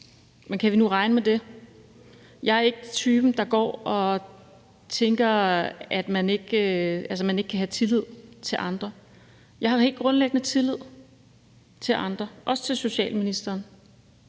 men kan vi nu regne med det? Jeg ikke typen, der går og tænker, at man ikke kan have tillid til andre. Jeg har helt grundlæggende tillid til andre, også til socialministeren.